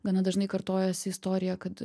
gana dažnai kartojasi istorija kad